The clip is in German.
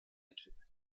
entwickelt